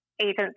agents